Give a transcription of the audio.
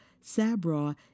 Sabra